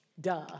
Duh